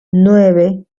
nueve